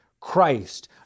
Christ